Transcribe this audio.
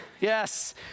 Yes